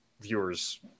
viewer's